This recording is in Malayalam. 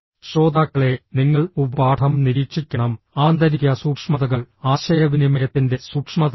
ശ്രോതാക്കളേ നിങ്ങൾ ഉപപാഠം നിരീക്ഷിക്കണം ആന്തരിക സൂക്ഷ്മതകൾ ആശയവിനിമയത്തിന്റെ സൂക്ഷ്മതകളാണ്